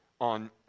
on